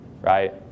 right